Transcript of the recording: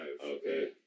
Okay